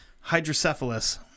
hydrocephalus